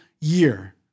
year